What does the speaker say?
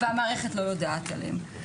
והמערכת לא יודעת עליהם.